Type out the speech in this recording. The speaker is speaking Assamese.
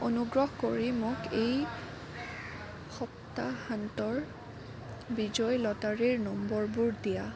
অনুগ্ৰহ কৰি মোক এই সপ্তাহান্তৰ বিজয়ী লটাৰীৰ নম্বৰবোৰ দিয়া